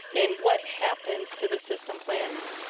and what happens to the system planning.